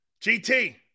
GT